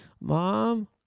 mom